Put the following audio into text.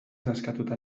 nazkatuta